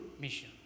mission